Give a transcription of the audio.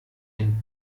ein